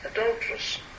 adulteress